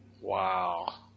Wow